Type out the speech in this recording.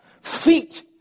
feet